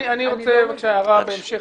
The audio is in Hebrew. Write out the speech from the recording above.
אני רוצה בבקשה הערה בהמשך.